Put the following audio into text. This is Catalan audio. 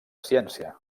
ciència